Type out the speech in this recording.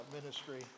ministry